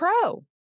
pro